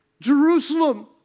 Jerusalem